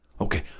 Okay